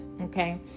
okay